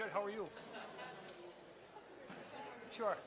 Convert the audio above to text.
good how are you sure